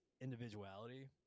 individuality